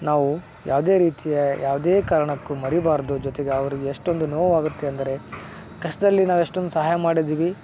ನಾವು ಯಾವುದೇ ರೀತಿಯ ಯಾವುದೇ ಕಾರ್ಣಕ್ಕೂ ಮರೀಬಾರ್ದು ಜೊತೆಗೆ ಅವ್ರ್ಗೆ ಎಷ್ಟೊಂದು ನೋವಾಗುತ್ತೆ ಅಂದರೆ ಕಷ್ಟದಲ್ಲಿ ನಾವು ಎಷ್ಟೊಂದು ಸಹಾಯ ಮಾಡಿದ್ದೀವಿ